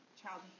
child